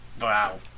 Wow